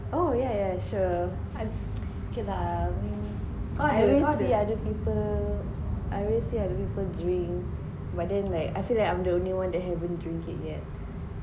oh yeah yeah sure I okay lah I mean I always see other people I always see other people drink but then like I feel like I'm the one that haven't drink it yet